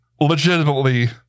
legitimately